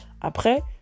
Après